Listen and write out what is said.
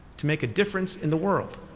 to make a difference in the world.